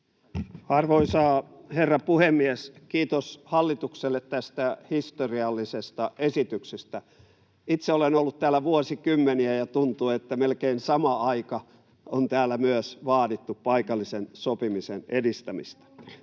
Arvoisa herra puhemies! Kiitos hallitukselle tästä historiallisesta esityksestä. Itse olen ollut täällä vuosikymmeniä, ja tuntuu, että melkein sama aika on täällä myös vaadittu paikallisen sopimisen edistämistä.